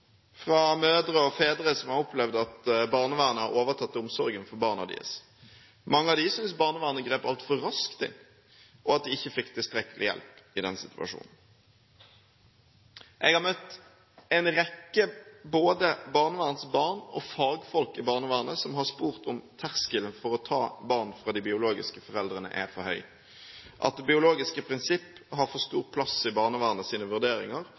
fra mødre og fedre, som har opplevd at barnevernet har overtatt omsorgen for barna deres. Mange av dem syntes barnevernet grep altfor raskt inn, og at de ikke fikk tilstrekkelig hjelp i den situasjonen. Jeg har møtt en rekke både barnevernsbarn og fagfolk i barnevernet som har spurt om terskelen for å ta barn fra de biologiske foreldrene er for høy, om det biologiske prinsipp har for stor plass i barnevernets vurderinger